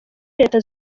leta